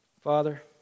Father